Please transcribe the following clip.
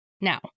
Now